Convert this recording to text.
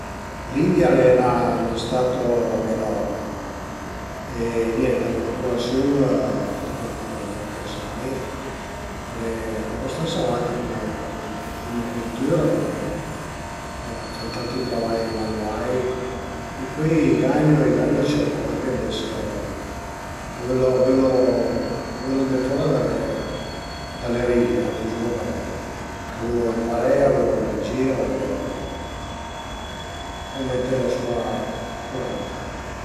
Be cunoso cunoso l'italian natüralment e cula li che parlu ades al e ël piemunteis, aute lingue si capisu ën poch ël dialèt d'le valli si e autre lingue straniere na cunosu gnün-e e i parlu nen, magari cuaich parola parei, ma nen pi che tant